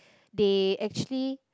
they actually